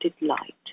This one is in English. light